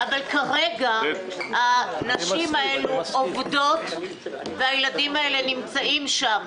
אבל כרגע הנשים האלו עובדות והילדים האלה נמצאים שם.